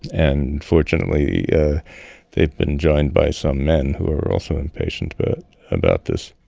and fortunately they've been joined by some men who are also impatient but about this.